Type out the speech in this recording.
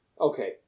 Okay